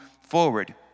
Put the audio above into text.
forward